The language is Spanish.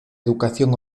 educación